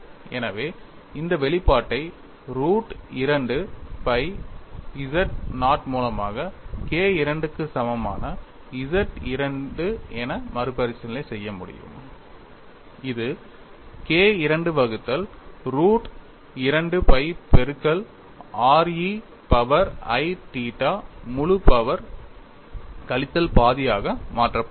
எனவே இந்த வெளிப்பாட்டை ரூட் 2 pi z நாட் மூலமாக K II க்கு சமமான Z II என மறுபரிசீலனை செய்ய முடியும் இது K II வகுத்தல் ரூட் 2 pi பெருக்கல் r e power i theta முழு பவர் கழித்தல் பாதி ஆக மாற்றப்படலாம்